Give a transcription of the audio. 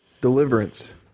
Deliverance